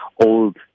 old